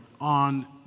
on